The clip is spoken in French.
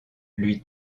lui